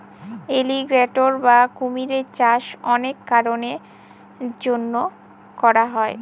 alligator বা কুমিরের চাষ অনেক কারনের জন্য করা হয়